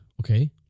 Okay